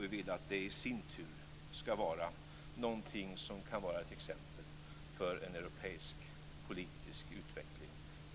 Vi vill att det i sin tur ska vara något som kan vara ett exempel för en europeisk politisk utveckling.